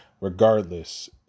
regardless